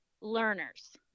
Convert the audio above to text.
learners